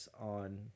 on